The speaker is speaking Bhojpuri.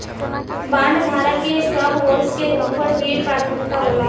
बॉन्डधारक के स्टॉकहोल्डर्स के ऊपर भी प्राथमिकता होला